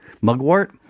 Mugwort